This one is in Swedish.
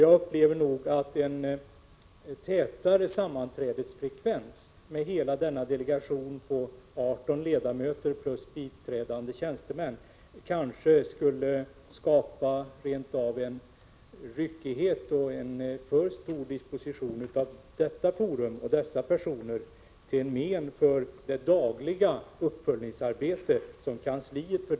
Jag upplever nog att en tätare sammanträ desfrekvens med hela delegationen på 18 ledamöter plus biträdande tjänstemän kanske rent av skulle skapa en ryckighet och en för stor disposition av detta forum och dessa personer, till men för det dagliga uppföljningsarbete som delegationens kansli har att utföra.